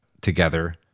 together